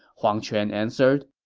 huang quan answered.